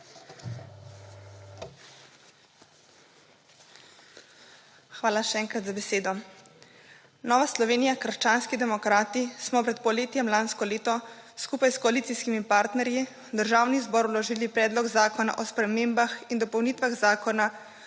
Hvala še enkrat za besedo. Nova Slovenija – krščanski demokrati smo pred poletjem lansko leto skupaj s koalicijskimi partnerji v Državni zbor vložili predlog zakona o spremembah in dopolnitvah zakona